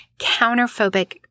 counterphobic